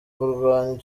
kurwanya